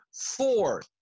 four